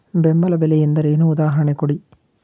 ಬೆಂಬಲ ಬೆಲೆ ಎಂದರೇನು, ಉದಾಹರಣೆ ಕೊಡಿ?